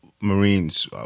Marines